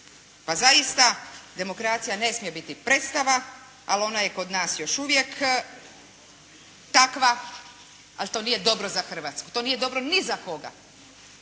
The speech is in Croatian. Pa zaista demokracija ne smije biti predstava, ali ona je kod nas još uvijek takva, a što nije dobro za Hrvatsku, to nije dobro ni za koga.